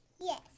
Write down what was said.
Yes